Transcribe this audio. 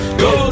go